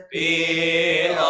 a